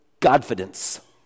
confidence